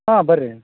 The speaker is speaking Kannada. ಹಾಂ ಬನ್ರಿ